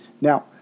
Now